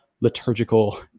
liturgical